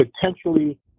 potentially